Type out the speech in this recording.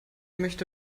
möchte